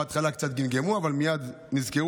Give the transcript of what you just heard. הם בהתחלה קצת גמגמו, אבל מייד נזכרו.